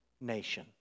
nation